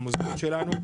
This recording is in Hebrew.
המוסדות שלנו,